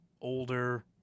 older